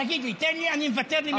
תגיד לי, תן לי, אני מוותר למיכל.